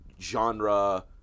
genre